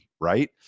right